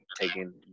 taking